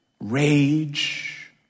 rage